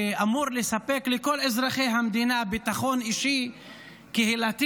שאמור לספק לכל אזרחי המדינה ביטחון אישי קהילתי,